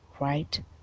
Right